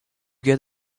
get